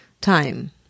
time